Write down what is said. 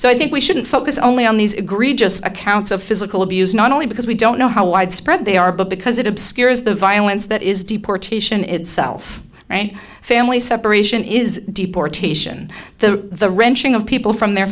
so i think we shouldn't focus only on these egregious accounts of physical abuse not only because we don't know how widespread they are but because it obscures the violence that is deportation itself and family separation is deportation the the wrenching of people from their